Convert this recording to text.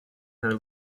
her